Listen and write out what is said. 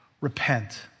repent